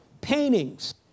paintings